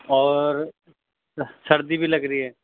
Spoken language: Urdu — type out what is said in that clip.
اور سردی بھی لگ رہی ہے